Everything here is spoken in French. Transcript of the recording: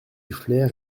flaire